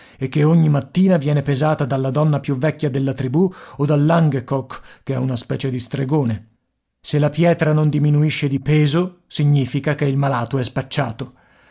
e che ogni mattina viene pesata dalla donna più vecchia della tribù o dall'angekoc che è una specie di stregone se la pietra non diminuisce di peso significa che il malato è spacciato